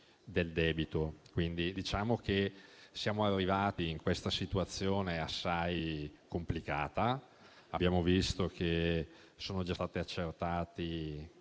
siamo arrivati a questa situazione assai complicata. Abbiamo visto che sono già stati accertati